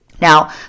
Now